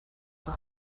der